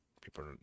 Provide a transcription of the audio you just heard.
people